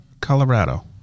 Colorado